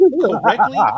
correctly